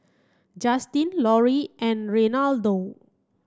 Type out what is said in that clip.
Juston Lorri and Reynaldo